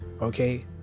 okay